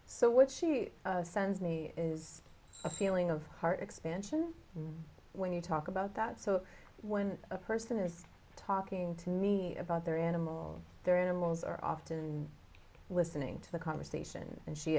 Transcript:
so what she sends me is a feeling of heart expansion when you talk about that so when a person is talking to me about their animal their animals are often listening to the conversation